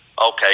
okay